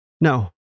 No